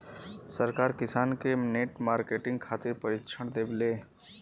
सरकार किसान के नेट मार्केटिंग खातिर प्रक्षिक्षण देबेले?